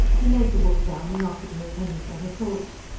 he laid the book down and offered her a penny for her thoughts.